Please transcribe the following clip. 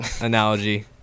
analogy